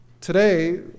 Today